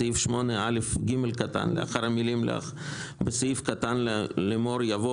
בסעיף 8א(ג) לאחר המילים בסעיף קטן לאמור יבוא